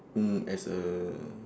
mm as a